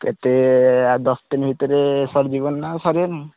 କେତେ ଆଉ ଦଶ ଦିନ ଭିତରେ ସରିଯିବ ନା ସରିବନି